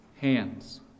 hands